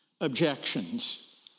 objections